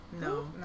No